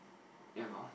ya lor